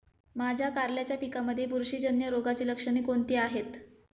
माझ्या कारल्याच्या पिकामध्ये बुरशीजन्य रोगाची लक्षणे कोणती आहेत?